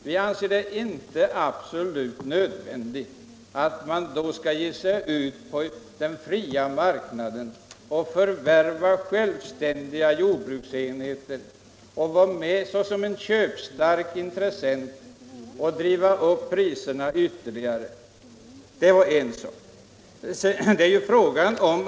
Vi anser det inte nödvändigt att kyrkan då skall ge sig ut på den fria marknaden för att förvärva självständiga jordbruksfastigheter och vara med såsom en köpstark intressent och driva upp priserna ytterligare.